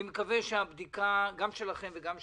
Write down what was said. אני מקווה שהבדיקה, גם שלכם וגם שלנו,